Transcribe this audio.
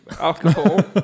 alcohol